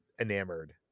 enamored